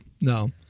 No